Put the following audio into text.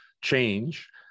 change